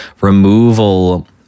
removal